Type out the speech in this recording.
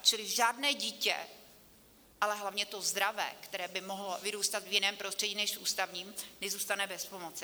Čili žádné dítě, ale hlavně to zdravé, které by mohlo vyrůstat v jiném prostředí než v ústavním, nezůstane bez pomoci.